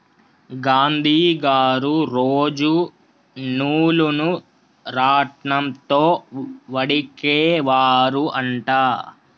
గాంధీ గారు రోజు నూలును రాట్నం తో వడికే వారు అంట